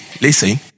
listen